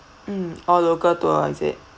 mm our local tour is it